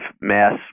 mass